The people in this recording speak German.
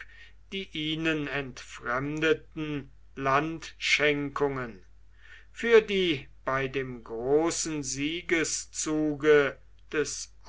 die ihnen entfremdeten landschenkungen für die bei dem großen siegeszuge des